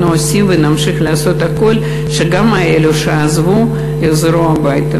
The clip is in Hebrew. אנחנו עושים ונמשיך לעשות הכול שגם אלו שעזבו יחזרו הביתה,